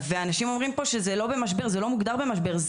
ואנשים אומרים פה שזה לא מוגדר במשבר.